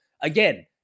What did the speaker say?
Again